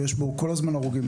ויש בו כל הזמן הרוגים,